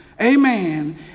amen